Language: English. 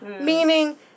meaning